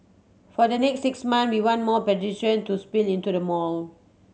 for the next six months we want more pedestrian to spill into the mall